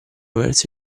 verso